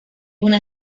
una